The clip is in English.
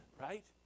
right